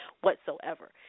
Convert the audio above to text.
whatsoever